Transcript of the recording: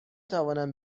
توانم